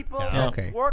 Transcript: Okay